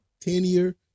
tenure